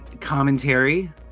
commentary